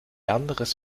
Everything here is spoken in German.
anderes